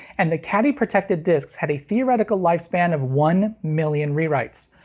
and the caddy-protected discs had a theoretical lifespan of one million re-writes.